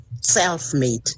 self-made